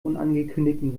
unangekündigten